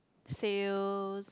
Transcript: sales